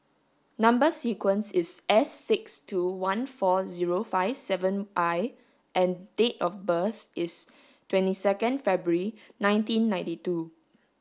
number sequence is S six two one four zero five seven I and date of birth is twenty second February nineteen ninety two